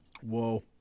Whoa